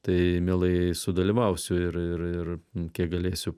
tai mielai sudalyvausiu ir ir ir kiek galėsiu